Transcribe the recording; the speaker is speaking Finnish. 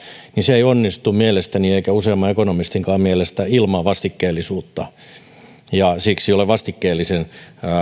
niin se ei onnistu mielestäni eikä useamman ekonomistinkaan mielestä ilman vastikkeellisuutta siksi olen vastikkeellisen